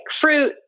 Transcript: fruit